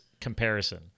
comparison